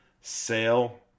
Sale